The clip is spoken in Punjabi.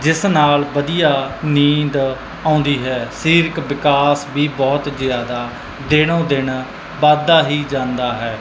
ਜਿਸ ਨਾਲ ਵਧੀਆ ਨੀਂਦ ਆਉਂਦੀ ਹੈ ਸਰੀਰਕ ਵਿਕਾਸ ਵੀ ਬਹੁਤ ਜ਼ਿਆਦਾ ਦਿਨੋਂ ਦਿਨ ਵੱਧਦਾ ਹੀ ਜਾਂਦਾ ਹੈ